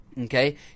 Okay